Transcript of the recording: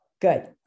Good